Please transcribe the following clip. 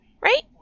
right